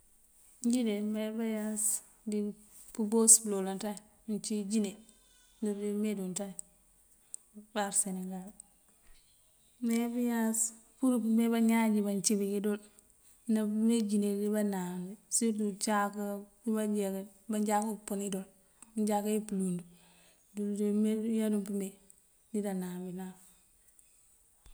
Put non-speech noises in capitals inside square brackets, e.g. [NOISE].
Injíde mayá báyáas dí pёboos pёlolan ţañ uncíwí jíne [NOISE] dul dí medun ţañ apaar senegal. Mayá báyaas pur pёme báñaan njí bancibiki dul ná pёme jíne bida náambi sirtu ucáak wibajawi manjakύ pёnidul unjáke pёlund. Dul dí yadun pёme bida naambi naam.